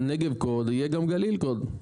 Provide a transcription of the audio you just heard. נגבקוד, יהיה גם גליל קוד.